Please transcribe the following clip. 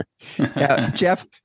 Jeff